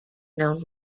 known